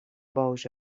boos